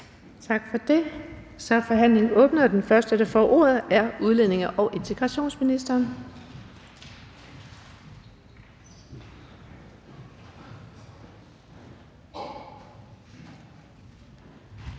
Tak for det. Så er forhandlingen åbnet, og den første, der får ordet, er udlændinge- og integrationsministeren.